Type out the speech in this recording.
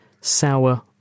sour